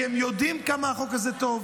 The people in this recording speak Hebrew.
כי הם יודעים כמה החוק הזה טוב,